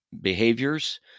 behaviors